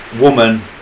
woman